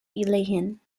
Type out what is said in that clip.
lehen